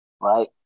right